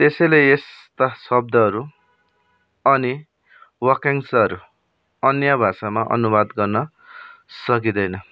त्यसैले यस्ता शब्दहरू अनि वाक्यांशहरू अन्य भाषामा अनुवाद गर्न सकिँदैन